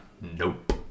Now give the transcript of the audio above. Nope